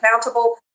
accountable